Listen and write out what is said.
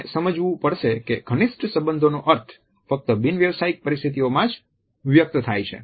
આપણે સમજવું પડશે કે ઘનિષ્ઠ સંબંધનો અર્થ ફક્ત બિન વ્યવસાયિક પરિસ્થિતિઓમાં જ વ્યક્ત થાય છે